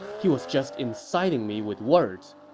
he was just inciting me with words.